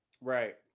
right